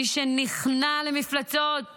מי שנכנע למפלצות אדם,